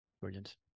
Brilliant